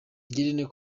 ngirente